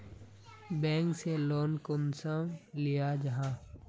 Bank से loan कुंसम लिया जाहा?